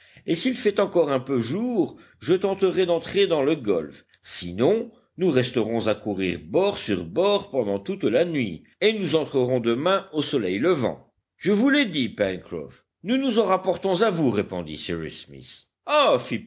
et s'il fait encore un peu jour je tenterai d'entrer dans le golfe sinon nous resterons à courir bord sur bord pendant toute la nuit et nous entrerons demain au soleil levant je vous l'ai dit pencroff nous nous en rapportons à vous répondit cyrus smith